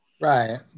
right